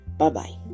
Bye-bye